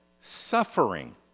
suffering